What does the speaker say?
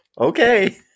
okay